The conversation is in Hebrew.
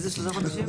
איזה שלושה חודשים?